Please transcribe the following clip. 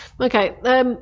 Okay